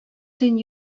төн